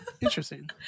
Interesting